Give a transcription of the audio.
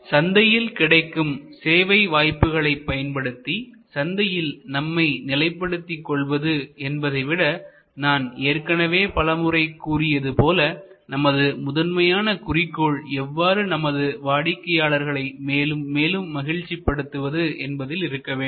சந்தையில் கிடைக்கும் சேவை வாய்ப்புகளை பயன்படுத்தி சந்தையில் நம்மை நிலைப்படுத்திக் கொள்வது என்பதை விட நான் ஏற்கனவே பலமுறை கூறியது போல நமது முதன்மையான குறிக்கோள் எவ்வாறு நமது வாடிக்கையாளர்களை மேலும் மேலும் மகிழ்ச்சி படுத்துவது என்பதில் இருக்க வேண்டும்